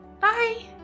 Bye